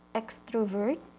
extrovert